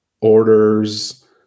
orders